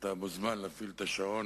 אתה מוזמן להפעיל את השעון,